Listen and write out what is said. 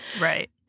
Right